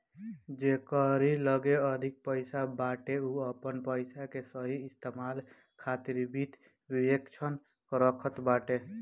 जेकरी लगे अधिक पईसा बाटे उ अपनी पईसा के सही इस्तेमाल खातिर वित्त विशेषज्ञ रखत बाटे